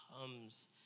comes